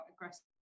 aggressive